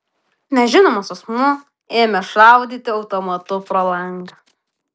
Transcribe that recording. nežinomas asmuo ėmė šaudyti automatu pro langą